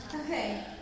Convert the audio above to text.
Okay